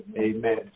amen